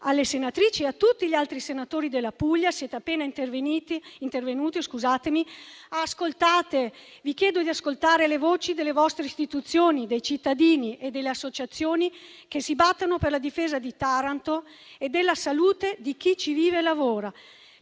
alle senatrici e a tutti gli altri senatori della Puglia che sono appena intervenuti: vi chiedo di ascoltare le voci delle vostre istituzioni, dei cittadini e delle associazioni che si battono per la difesa di Taranto e della salute di chi ci vive e lavora.